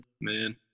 Man